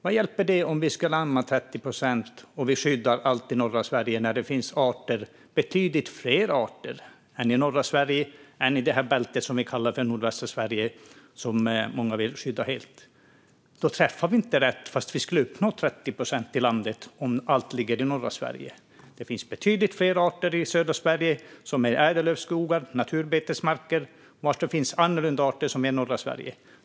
Vad hjälper det att vi lämnar 30 procent och skyddar allt i norra Sverige när det finns betydligt fler arter i det bälte som vi kallar för nordvästra Sverige, som många vill skydda helt? Vi träffar inte rätt även om vi skulle uppnå 30 procent i landet om allt ligger i norra Sverige. Det finns betydligt fler arter i södra Sverige. Det är ädellövskogar och naturbetesmarker där det finns andra arter än i norra Sverige.